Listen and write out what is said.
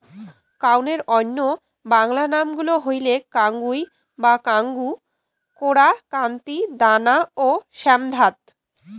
কাউনের অইন্য বাংলা নাম গুলা হইলেক কাঙ্গুই বা কাঙ্গু, কোরা, কান্তি, দানা ও শ্যামধাত